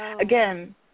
again